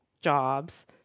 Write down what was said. jobs